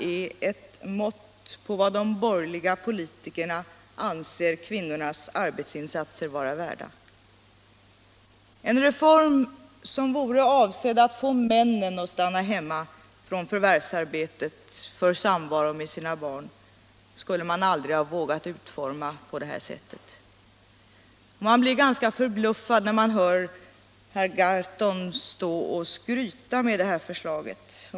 är ett mått på vad de borgerliga politikerna anser kvinnornas arbetsinsatser vara värda. En reform som vore avsedd att få männen att stanna hemma från förvärvsarbetet för att vara tillsammans med sina barn skulle de borgerliga aldrig ha vågat utforma på detta sätt. Man blir ganska förbluffad när man hör herr Gahrton stå här och skryta med detta förslag.